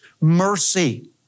mercy